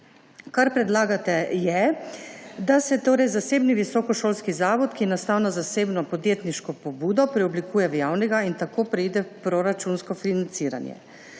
Kar predlagate, je, da se zasebni visokošolski zavod, ki nastal na zasebno podjetniško pobudo, preoblikuje v javnega in tako preide v proračunsko financiranje.